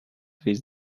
his